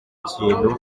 kintu